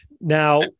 now